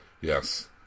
yes